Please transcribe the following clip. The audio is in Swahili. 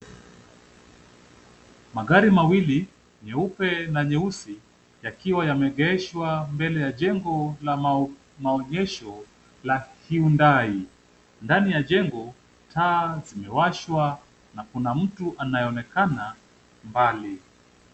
Magari mawili, nyeupe na nyeusi yakiwa yameegeshwa mbele ya jengo la maonyesho la Hyundai. Ndani ya jengo, taa zimewashwa na kuna mtu anayeonekana mbali.